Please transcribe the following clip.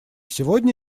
сегодня